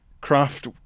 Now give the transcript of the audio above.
craft